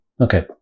Okay